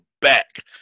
back